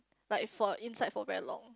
like for inside for very long